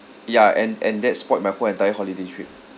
ya and and that spoiled my whole entire holiday trip